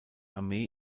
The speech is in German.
armee